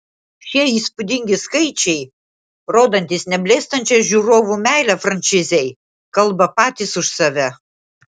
šie įspūdingi skaičiai rodantys neblėstančią žiūrovų meilę frančizei kalba patys už save